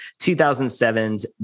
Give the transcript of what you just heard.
2007's